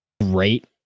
great